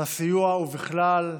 על הסיוע ובכלל.